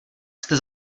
jste